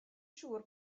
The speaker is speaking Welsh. siŵr